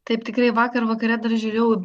taip tikrai vakar vakare dar žiūrėjau į